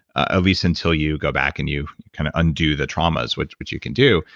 ah least until you go back and you kind of undo the traumas, which which you can do.